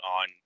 on